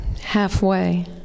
halfway